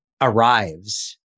arrives